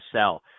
sell